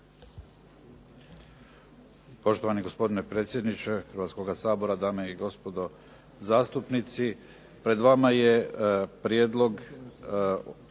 Poštovani gospodine predsjedniče Hrvatskoga sabora, gospođe i gospodo zastupnici. Pred vama je Prijedlog